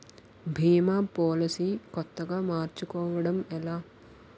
భీమా policy కొత్తగా మార్చుకోవడం ఎలా?